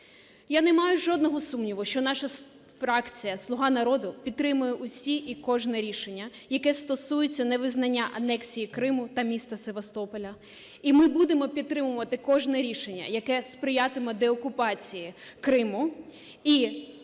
Я не маю жодного сумніву, що наша фракція "Слуга народу" підтримає усі і кожне рішення, яке стосується невизнання анексії Криму та міста Севастополя. І ми будемо підтримувати кожне рішення, яке сприятиме деокупації Криму